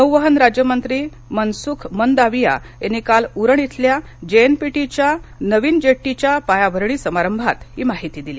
नौवहन राज्यमंत्री मनसुख मनदाविया यांनी काल उरण इथल्या जेएनपीटीच्या नवीन जेट्टीच्या पायाभरणी समारंभात ही माहिती दिली